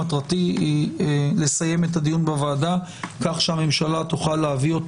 מטרתי לסיים את הדיון בוועדה כך שהקואליציה תוכל להציע אותו